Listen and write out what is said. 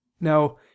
now